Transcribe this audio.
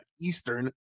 Eastern